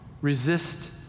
Resist